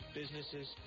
businesses